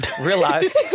realize